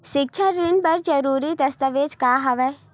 सिक्छा ऋण बर जरूरी दस्तावेज का हवय?